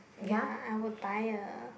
ya I would buy a